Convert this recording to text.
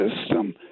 system